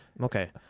Okay